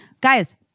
Guys